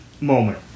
moment